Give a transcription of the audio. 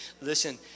Listen